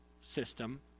system